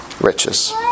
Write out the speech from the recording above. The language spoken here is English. riches